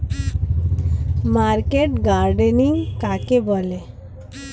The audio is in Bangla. মার্কেট গার্ডেনিং কাকে বলে?